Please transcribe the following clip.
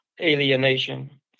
alienation